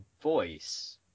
voice